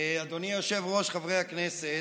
אדוני היושב-ראש, חברי הכנסת,